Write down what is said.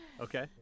Okay